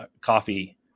coffee